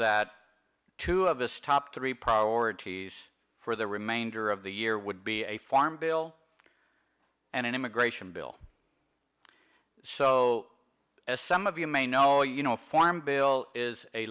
that two of this top three priorities for the remainder of the year would be a farm bill and an immigration bill so as some of you may know you know a farm bill is a